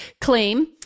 claim